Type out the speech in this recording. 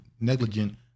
negligent